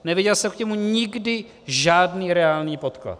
Neviděl jsem k němu nikdy žádný reálný podklad.